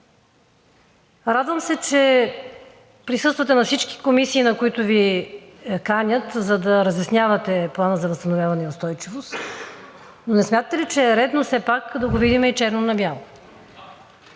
Радвам се, че присъствате на всички комисии, на които Ви канят, за да разяснявате Плана за възстановяване и устойчивост, но не смятате ли, че е редно все пак да го видим и черно на бяло.